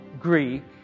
Greek